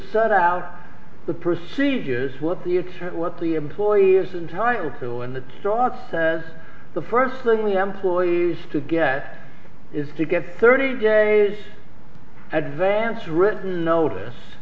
set out the procedures what the it's what the employers entitle to in the start says the first thing the employees to get is to get thirty days advance written notice